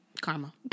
karma